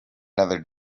another